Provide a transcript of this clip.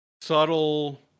subtle